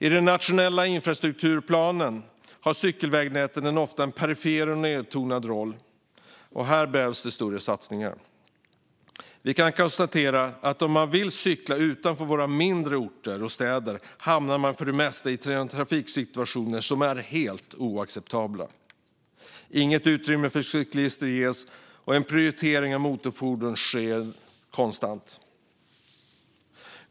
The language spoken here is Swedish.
I den nationella infrastrukturplanen har cykelvägnätet en ofta perifer och nedtonad roll. Här behövs större satsningar. Vi kan konstatera att om man vill cykla utanför mindre orter och städer hamnar man för det mesta i trafiksituationer som är helt oacceptabla. Inget utrymme för cyklister ges, och en prioritering av motorfordon sker konstant.